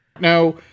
Now